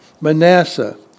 Manasseh